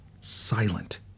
silent